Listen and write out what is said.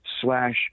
slash